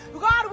God